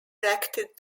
erected